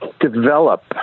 develop